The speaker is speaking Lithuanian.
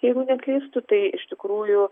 jeigu neklystu tai iš tikrųjų